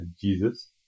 Jesus